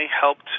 helped